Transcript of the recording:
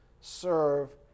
serve